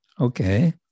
Okay